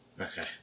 Okay